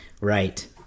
Right